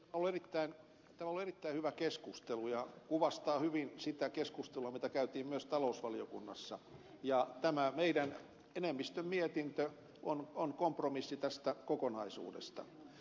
tämä on ollut erittäin hyvä keskustelu ja kuvastaa hyvin sitä keskustelua mitä käytiin myös talousvaliokunnassa ja tämä meidän enemmistön mietintö on kompromissi tästä kokonaisuudesta